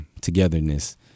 togetherness